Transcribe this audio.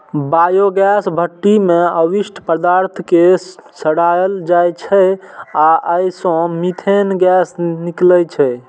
biogas भट्ठी मे अवशिष्ट पदार्थ कें सड़ाएल जाइ छै आ अय सं मीथेन गैस निकलै छै